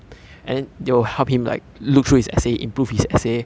and you help him like look through his essay improve his essay